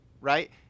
right